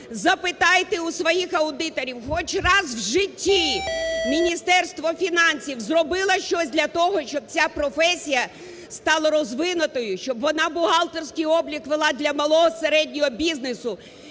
запитайте у своїх аудиторів, хоч раз в житті Міністерство фінансів зробило щось для того, щоб ця професія стала розвинутою, щоб вона бухгалтерський облік вела для малого і середнього бізнесу.